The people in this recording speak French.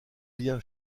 bien